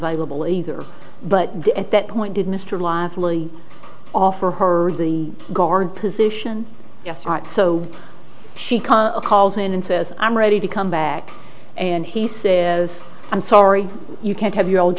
available either but the at that point did mr lively offer her the guard position yes right so she can calls in and says i'm ready to come back and he says i'm sorry you can't have your old